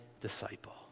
disciple